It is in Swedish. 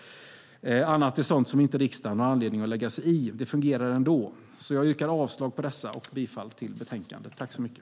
Annat är sådant som riksdagen inte har anledning att lägga sig i. Det fungerar ändå. Jag yrkar avslag på dessa och bifall till utskottets förslag i betänkandet.